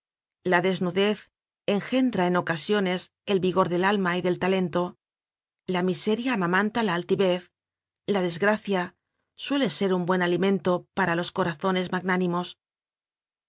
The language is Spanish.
la desnudez engendra en ocasiones el vigor del alma y del talento la miseria amamanta la altivez la desgracia suele ser un buen alimento para los corazones magnánimos